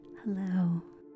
Hello